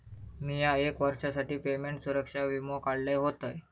मिया एक वर्षासाठी पेमेंट सुरक्षा वीमो काढलय होतय